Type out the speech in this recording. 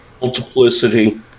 Multiplicity